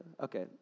okay